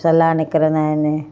सला निकिरंदा आहिनि